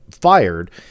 fired